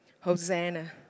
Hosanna